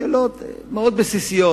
שאלות בסיסיות מאוד.